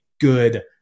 good